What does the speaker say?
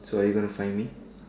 so are you gonna find me